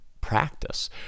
practice